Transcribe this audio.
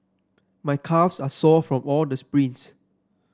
my calves are sore from all the sprints